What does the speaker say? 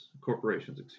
corporations